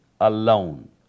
alone